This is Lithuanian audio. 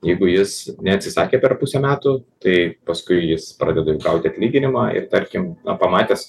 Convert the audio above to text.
jeigu jis neatsisakė per pusę metų tai paskui jis pradeda jau gauti atlyginimą ir tarkim pamatęs